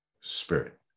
spirit